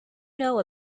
know